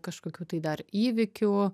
kažkokių tai dar įvykių